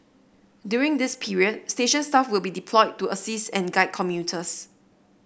during this period station staff will be deployed to assist and guide commuters